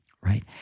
right